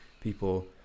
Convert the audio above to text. people